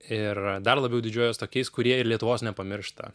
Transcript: ir dar labiau didžiuojuos tokiais kurie ir lietuvos nepamiršta